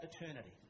eternity